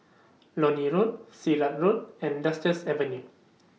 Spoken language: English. Lornie Road Sirat Road and Avenue